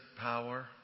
power